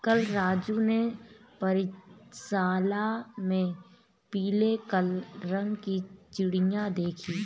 कल राजू ने पक्षीशाला में पीले रंग की चिड़िया देखी